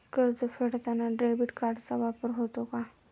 कर्ज फेडताना डेबिट कार्डचा वापर होतो का?